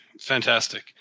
fantastic